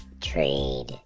trade